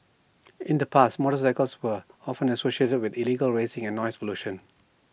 in the past motorcycles were often associated with illegal racing or noise pollution